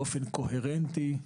באופן קוהרנטי,